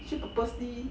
是 purposely